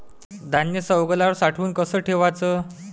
धान्य सवंगल्यावर साठवून कस ठेवाच?